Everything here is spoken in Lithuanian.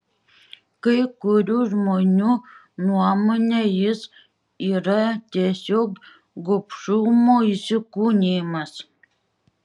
kai kurių žmonių nuomone jis yra tiesiog gobšumo įsikūnijimas